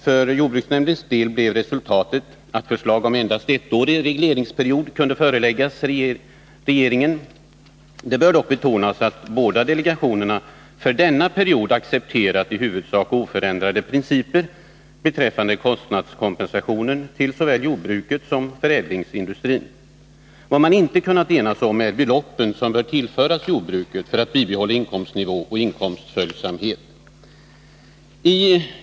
För jordbruksnämndens del blev resultatet att endast förslag om ettårig regleringsperiod kunde föreläggas regeringen. Det bör dock betonas att båda delegationerna för denna period accepterat i huvudsak oförändrade principer beträffande kostnadskompensationen till såväl jordbruket som förädlingsindustrin. Vad man inte kunnat enas om är de belopp som bör tillföras jordbruket för bibehållande av inkomstnivå och inkomstföljsamhet.